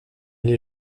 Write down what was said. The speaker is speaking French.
les